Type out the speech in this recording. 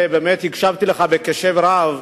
ובאמת הקשבתי לך בקשב רב,